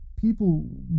people